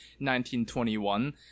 1921